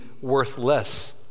worthless